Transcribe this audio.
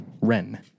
Ren